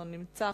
לא נמצא,